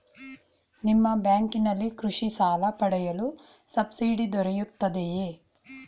ನಿಮ್ಮ ಬ್ಯಾಂಕಿನಲ್ಲಿ ಕೃಷಿ ಸಾಲ ಪಡೆಯಲು ಸಬ್ಸಿಡಿ ದೊರೆಯುತ್ತದೆಯೇ?